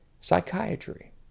Psychiatry